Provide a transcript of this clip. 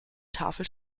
tafel